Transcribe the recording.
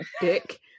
dick